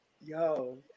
yo